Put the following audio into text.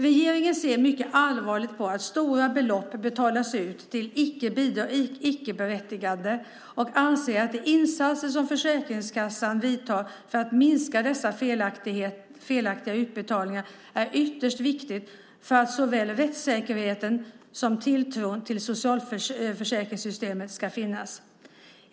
Regeringen ser mycket allvarligt på att stora belopp betalas ut till icke-berättigade och anser att de insatser som Försäkringskassan vidtar för att minska dessa felaktiga utbetalningar är ytterst viktiga för att såväl rättssäkerheten som tilltron till socialförsäkringssystemet ska finnas.